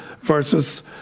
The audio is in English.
versus